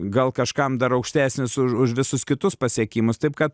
gal kažkam dar aukštesnis už už visus kitus pasiekimus taip kad